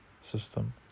system